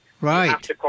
Right